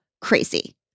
crazy